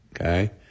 okay